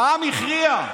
העם הכריע.